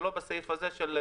זה לא בסעיף הזה.